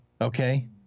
okay